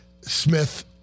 Smith